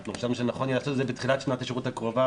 אנחנו חשבנו שנכון יהיה לעשות את זה בתחילת שנת השירות הקרובה,